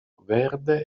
verde